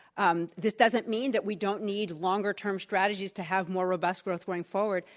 um this doesn't mean that we don't need longer term strategies to have more robust growth going forward,